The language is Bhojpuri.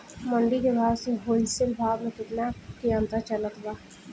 मंडी के भाव से होलसेल भाव मे केतना के अंतर चलत बा?